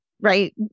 right